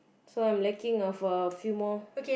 so I'm lacking of a few more